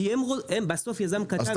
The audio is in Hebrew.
כי הם בסוף יזם קטן רוצה לעשות אקזיט.